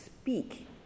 speak